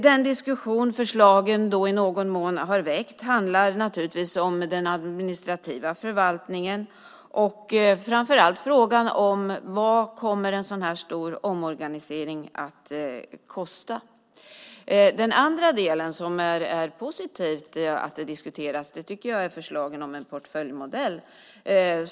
Den diskussion förslagen i någon mån har väckt handlar naturligtvis om den administrativa förvaltningen och framför allt om frågan vad en sådan stor omorganisering kommer att kosta. Det som är positivt att det diskuteras är förslagen om en portföljmodell.